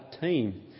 team